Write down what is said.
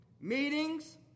Meetings